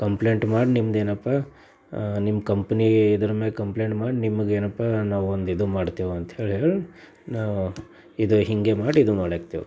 complaint ಮಾಡಿ ನಿಮ್ದೇನಪ್ಪ ನಿಮ್ಮ ಕಂಪ್ನಿ ಇದ್ರ ಮ್ಯಾಲೆ ಕಂಪ್ಲೇಂಟ್ ಮಾಡಿ ನಿಮಗೇನಪ್ಪ ನಾವೊಂದಿದು ಮಾಡ್ತೇವೆಂಥೇಳಿ ಹೇಳಿ ನಾ ಇದು ಹೀಗೆ ಮಾಡಿ ಇದು ಮಾಡಾಕ್ತೇವೆ